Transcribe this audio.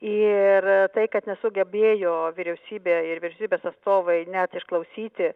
ir tai kad nesugebėjo vyriausybė ir vyriausybės atstovai net išklausyti